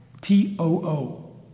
T-O-O